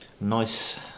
nice